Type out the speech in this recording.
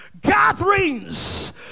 gatherings